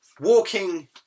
walking